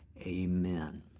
amen